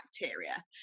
bacteria